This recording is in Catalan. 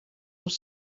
els